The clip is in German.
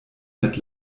mit